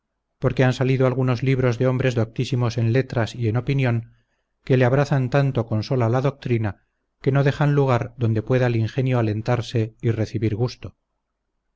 porque han salido algunos libros de hombres doctísimos en letras y en opinión que le abrazan tanto con sola la doctrina que no dejan lugar donde pueda el ingenio alentarse y recibir gusto